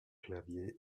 clavier